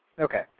Okay